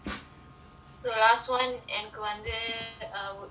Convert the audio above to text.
so last one எனக்கு வந்து:enakku vanthu we